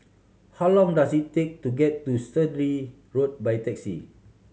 how long does it take to get to Sturdee Road by taxi